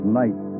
night